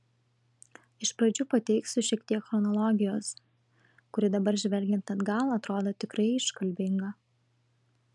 iš pradžių pateiksiu šiek tiek chronologijos kuri dabar žvelgiant atgal atrodo tikrai iškalbinga